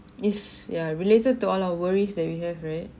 is ya related to all our worries that we have right